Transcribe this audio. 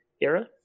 era